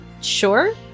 sure